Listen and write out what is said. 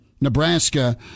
Nebraska